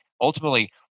ultimately